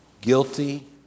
Guilty